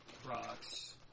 Rocks